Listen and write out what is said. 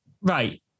Right